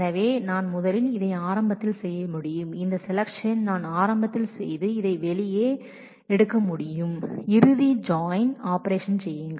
எனவே நான் முதலில் இதை ஆரம்பத்தில் செய்ய முடியும் இந்த செலக்சன் நான் ஆரம்பத்தில் செய்து இதை வெளியே எடுக்க முடியும் இறுதி ஜாயின் ஆபரேஷன் செய்யுங்கள்